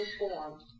informed